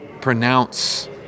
pronounce